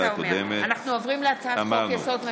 ההסכמים הקואליציוניים שמופיעים בפנינו.